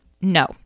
No